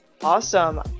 Awesome